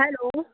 hello